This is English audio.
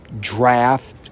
draft